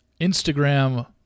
Instagram